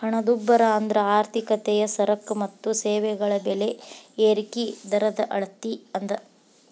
ಹಣದುಬ್ಬರ ಅಂದ್ರ ಆರ್ಥಿಕತೆಯ ಸರಕ ಮತ್ತ ಸೇವೆಗಳ ಬೆಲೆ ಏರಿಕಿ ದರದ ಅಳತಿ ಅದ